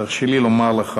תרשה לי לומר לך